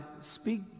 speak